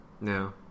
No